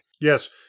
Yes